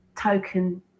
token